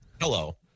Hello